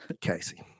Casey